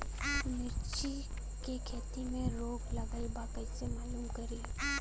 मिर्ची के खेती में रोग लगल बा कईसे मालूम करि?